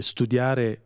Studiare